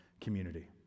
community